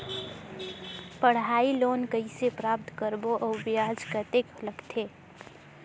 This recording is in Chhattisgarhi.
पढ़ाई लोन कइसे प्राप्त करबो अउ ब्याज कतेक लगथे?